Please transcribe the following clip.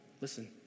Listen